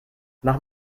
mach